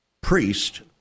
priest